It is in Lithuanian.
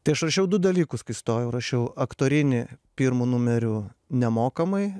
tai aš rašiau du dalykus kai stojau rašiau aktorinį pirmu numeriu nemokamai